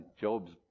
Job's